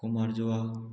कुमारजुवां